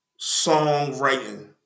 songwriting